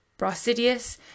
Brasidius